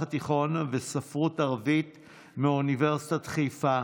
התיכון וספרות ערבית מאוניברסיטת חיפה,